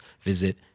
visit